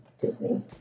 Disney